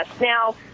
Now